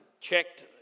checked